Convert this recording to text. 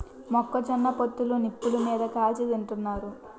మొక్క జొన్న పొత్తులు నిప్పులు మీది కాల్చి తింతన్నారు